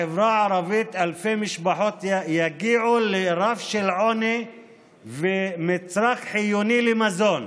בחברה הערבית אלפי משפחות יגיעו לרף של עוני וצורך חיוני במזון.